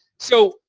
so,